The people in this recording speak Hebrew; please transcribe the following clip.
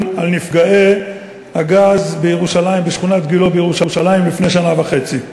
על נפגעי אסון הגז בשכונת גילה בירושלים לפני שנה וחצי.